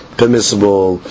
permissible